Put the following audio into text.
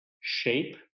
shape